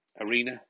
arena